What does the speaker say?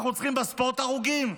אנחנו צריכים בספורט הרוגים?